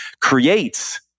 creates